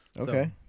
Okay